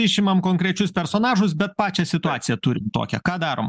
išimam konkrečius personažus bet pačią situaciją turim tokią ką darom